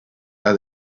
are